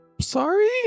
sorry